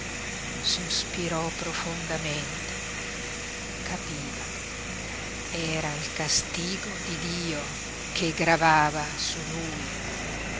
sospirò profondamente capiva era il castigo di dio che gravava su lui